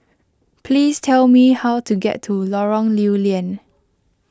please tell me how to get to Lorong Lew Lian